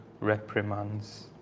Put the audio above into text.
reprimands